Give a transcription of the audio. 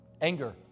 Anger